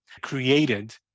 created